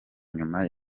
nyuma